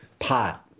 pot